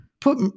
Put